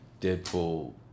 Deadpool